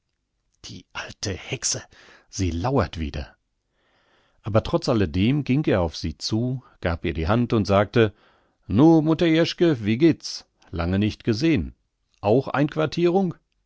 die alte hexe sie lauert wieder aber trotzalledem ging er auf sie zu gab ihr die hand und sagte nu mutter jeschke wie geht's lange nicht gesehn auch einquartierung